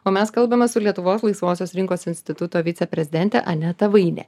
o mes kalbame su lietuvos laisvosios rinkos instituto viceprezidente aneta vaine